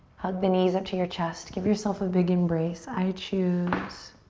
hug the knees up to your chest, give yourself a big embrace, i choose.